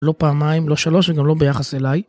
לא פעמיים, לא שלוש, וגם לא ביחס אליי.